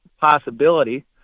possibility